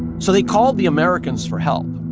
so they called the americans for help.